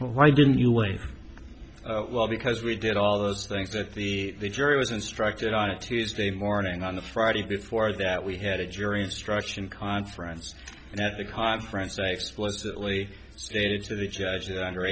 why didn't you wait a while because we did all those things that the jury was instructed on a tuesday morning on the friday before that we had a jury instruction conference and at the conference i explicitly stated to the judge that under